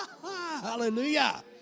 Hallelujah